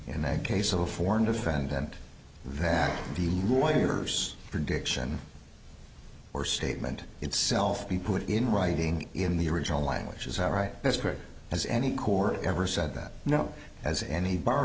in that case of a foreign defendant that the lawyers prediction or statement itself be put in writing in the original languages have right this court has any court ever said that no as any bar